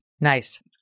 nice